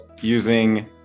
using